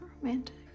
romantic